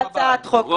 שבהצעת החוק הזו.